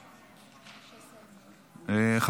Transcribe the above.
סליחה, הם התחלפו.